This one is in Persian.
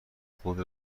خود